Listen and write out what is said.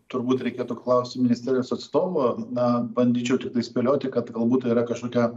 turbūt reikėtų klausti ministerijos atstovo na bandyčiau tiktai spėlioti kad galbūt yra kažkokia